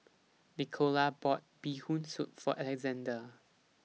Nicola bought Bee Hoon Soup For Alexande